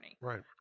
right